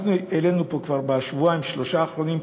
אנחנו העלינו פה כבר, בשבועיים-שלושה האחרונים,